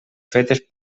fetes